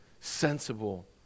sensible